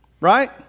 right